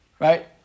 right